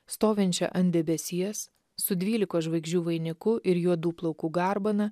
stovinčią ant debesies su dvylikos žvaigždžių vainiku ir juodų plaukų garbana